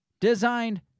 designed